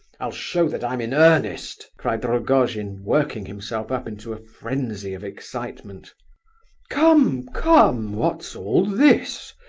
i'll show that i'm in earnest! cried rogojin, working himself up into a frenzy of excitement come, come what's all this?